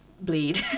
bleed